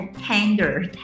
tender